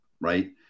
Right